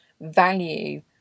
value